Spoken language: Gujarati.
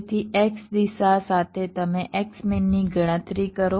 તેથી x દિશા સાથે તમે x મીન ની ગણતરી કરો